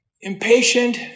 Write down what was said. impatient